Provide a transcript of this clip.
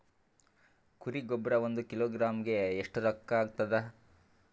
ಕುರಿ ಗೊಬ್ಬರ ಒಂದು ಕಿಲೋಗ್ರಾಂ ಗ ಎಷ್ಟ ರೂಕ್ಕಾಗ್ತದ?